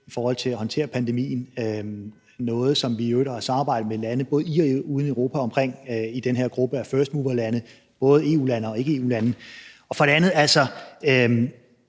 i forhold til at håndtere pandemien. Det er noget, som vi i øvrigt har samarbejdet med lande både i og uden for Europa om i den her gruppe af firstmoverlande, som både er EU-lande og ikke-EU-lande. For det andet er